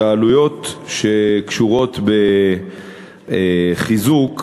שהעלויות שקשורות בחיזוק,